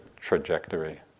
trajectory